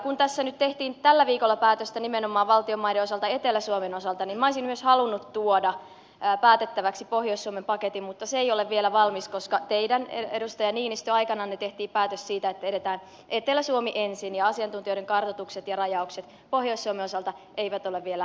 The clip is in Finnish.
kun tässä nyt tehtiin tällä viikolla päätöstä nimenomaan valtionmaiden osalta etelä suomen osalta niin minä olisin halunnut tuoda päätettäväksi myös pohjois suomen paketin mutta se ei ole vielä valmis koska teidän edustaja niinistö aikananne tehtiin päätös siitä että edetään etelä suomi ensin ja asiantuntijoiden kartoitukset ja rajaukset pohjois suomen osalta eivät ole vielä valitettavasti valmiit